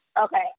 Okay